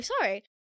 sorry